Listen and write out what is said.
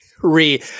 re